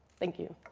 thank you.